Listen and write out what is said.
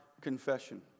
confession